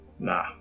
Nah